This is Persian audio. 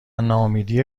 ناامیدی